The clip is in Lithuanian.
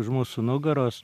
už mūsų nugaros